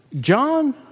John